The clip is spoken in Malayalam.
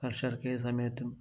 കർഷകർക്ക് ഏതു സമയത്തും